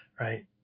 right